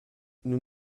nous